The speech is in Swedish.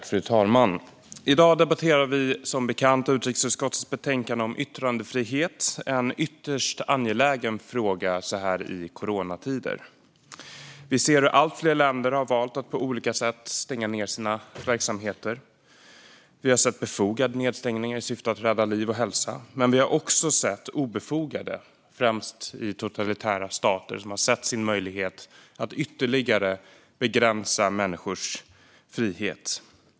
Fru talman! I dag debatterar vi utrikesutskottets betänkande om yttrandefrihet. Det är en ytterst angelägen fråga så här i coronatider. Vi ser att allt fler länder har valt att på olika sätt stänga ned sina verksamheter. Vi har sett befogade nedstängningar i syfte att rädda liv och hälsa, men vi har också sett obefogade sådana, främst i totalitära stater där man sett sin möjlighet att ytterligare begränsa människors frihet.